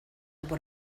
por